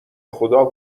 خدا